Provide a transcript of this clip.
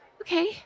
Okay